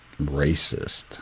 racist